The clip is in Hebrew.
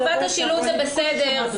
חובת השילוט זה בסדר.